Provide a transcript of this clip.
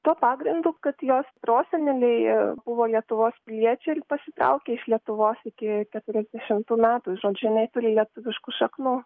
tuo pagrindu kad jos proseneliai buvo lietuvos piliečiai ir pasitraukė iš lietuvos iki keturiasdešimtų metų žodžiu jinai turi lietuviškų šaknų